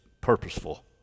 purposeful